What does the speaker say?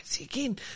again